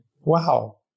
wow